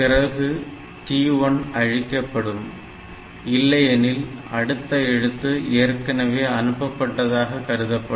பிறகு TI அழிக்கப்படும் இல்லையெனில் அடுத்த எழுத்து ஏற்கனவே அனுப்பப்பட்டதாக கருதப்படும்